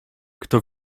kto